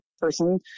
person